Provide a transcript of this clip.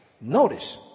Notice